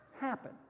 happen